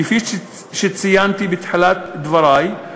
כפי שציינתי בתחילת דברי,